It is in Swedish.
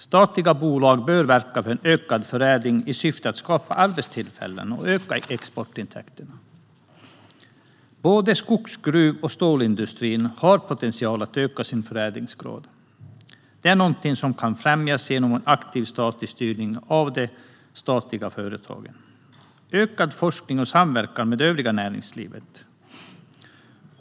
Statliga bolag bör verka för en ökad förädling i syfte att skapa arbetstillfällen och öka exportintäkterna. Såväl skogsindustrin som gruv och stålindustrin har potential att öka sin förädlingsgrad. Det är någonting som kan främjas genom en aktiv statlig styrning av de statliga företagen, ökad forskning och samverkan med det övriga näringslivet.